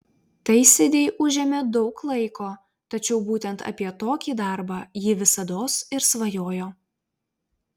tai sidei užėmė daug laiko tačiau būtent apie tokį darbą ji visados ir svajojo